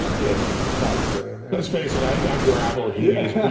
yeah it's a lot of spray in there. let's face it, i've got gravel. he is